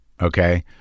Okay